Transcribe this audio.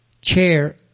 chair